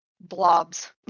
blobs